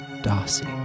Darcy